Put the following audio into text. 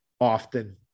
often